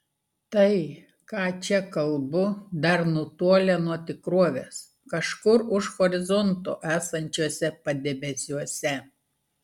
tai ką čia kalbu dar nutolę nuo tikrovės kažkur už horizonto esančiuose padebesiuose